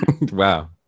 wow